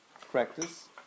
practice